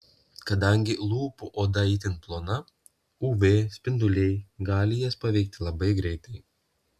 kadangi lūpų oda itin plona uv spinduliai gali jas paveikti labai greitai